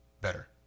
better